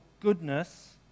goodness